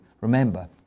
Remember